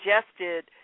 suggested